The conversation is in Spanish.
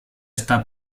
está